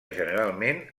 generalment